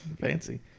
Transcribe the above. fancy